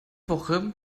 woche